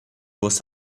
was